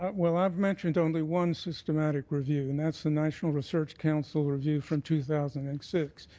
well, i've mentioned only one systematic review and that's the national research council review from two thousand and six.